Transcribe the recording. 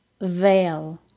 veil